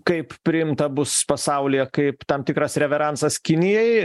kaip priimta bus pasaulyje kaip tam tikras reveransas kinijai